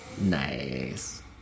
Nice